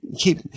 keep